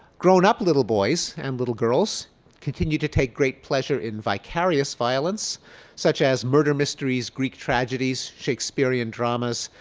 grown up little boys and little girls continue to take great pleasure in vicarious violence such as murder mysteries, greek tragedies, shakespearean dramas,